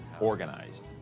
organized